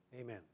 Amen